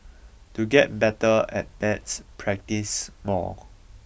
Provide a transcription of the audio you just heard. to get better at maths practise more